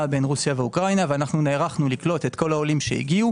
בין רוסיה לאוקראינה ונערכנו לקלוט את כל העולים שהגיעו